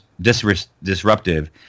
disruptive